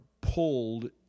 pulled